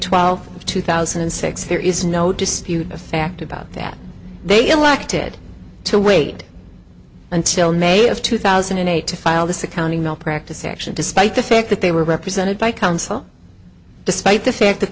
twelfth two thousand and six there is no dispute of fact about that they elected to wait until may of two thousand and eight to file this accounting malpractise action despite the fact that they were represented by counsel despite the fact that